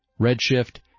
Redshift